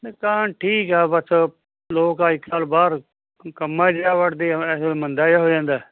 ਇਹ ਤਾਂ ਠੀਕ ਆ ਬਸ ਲੋਕ ਇੱਕ ਸਾਲ ਬਾਹਰ ਕੰਮਾਂ 'ਚ ਜਾ ਵੜਦੇ ਆ ਇਸ ਵੇਲੇ ਮੰਦਾ ਜਿਹਾ ਹੋ ਜਾਂਦਾ